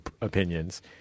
opinions